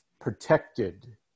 protected